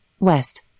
west